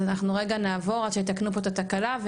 נעבור עד שיתקנו פה את התקלה,